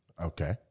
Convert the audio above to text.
Okay